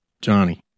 Johnny